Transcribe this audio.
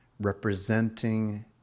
representing